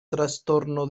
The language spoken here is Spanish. trastorno